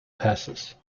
passes